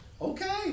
okay